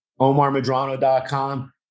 omarmadrano.com